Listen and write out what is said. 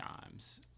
times